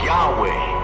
Yahweh